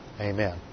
amen